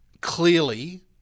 clearly